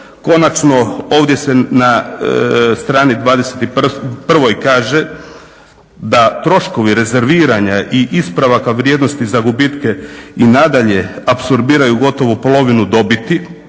Konačno ovdje se na strani 21. kaže da troškovi rezerviranja i ispravaka vrijednosti za gubitke i nadalje apsorbiraju gotovo polovinu dobiti,